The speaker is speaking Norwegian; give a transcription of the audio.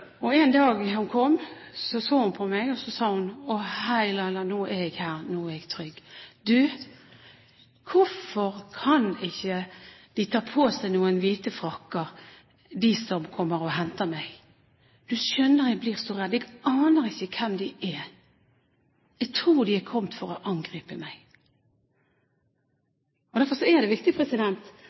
sykehuset. En dag hun kom, så hun på meg, og så sa hun: «Hei, Laila, nå er jeg her, nå er jeg trygg. Du, hvorfor kan ikke de ta på seg noen hvite frakker, de som kommer og henter meg? Du skjønner, jeg blir så redd, jeg aner ikke hvem de er. Jeg tror de er kommet for å angripe meg.» Derfor er det viktig